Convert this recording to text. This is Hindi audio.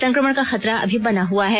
संक्रमण का खतरा अभी बना हुआ है